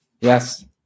Yes